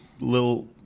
little